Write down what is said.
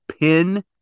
pin